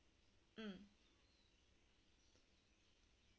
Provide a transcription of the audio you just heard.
mm